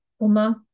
Uma